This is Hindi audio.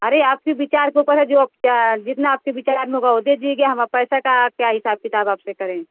अरे आपसी विचार के ऊपर है जो अब क्या जितना आपके विचार में होगा वह दे दीजिएगा हम पैसा का क्या हिसाब किताब आपसे करें